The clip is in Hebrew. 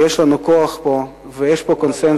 שיש לנו פה כוח ויש פה קונסנזוס,